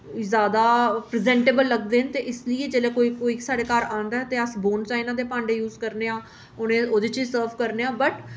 जैदा प्रैजेंटएबल लगदे न ते इस लेई जेल्लै कोई कोई साढ़े घर औंदा ते अस बोन चाइना दे भांडे यूज करने आं उ'नें ओह्दे च सर्व करने आं बट